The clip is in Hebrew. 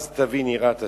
אז תבין יראת ה'